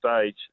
stage